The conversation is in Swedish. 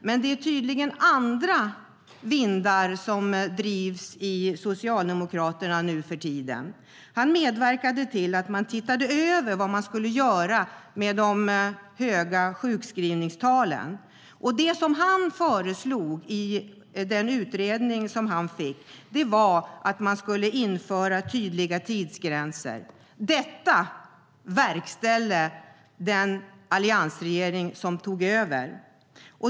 Men det är tydligen andra vindar i Socialdemokraterna nu för tiden. Han medverkade till att man tittade över vad som skulle göras med de höga sjukskrivningstalen. Det som föreslogs i den utredning som han fick var att man skulle införa tydliga tidsgränser. Detta verkställde den alliansregering som tog över.